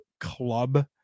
club